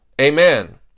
amen